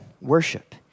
worship